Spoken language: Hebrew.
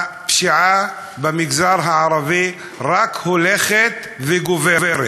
הפשיעה במגזר הערבי רק הולכת וגוברת.